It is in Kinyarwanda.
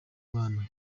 bana